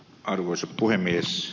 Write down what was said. arvoisa puhemies